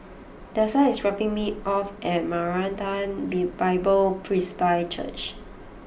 Dessa is dropping me off at Maranatha Bible Presby Church